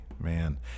man